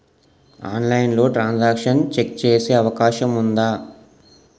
ఆన్లైన్లో transaction check చేసే అవకాశం ఉందా?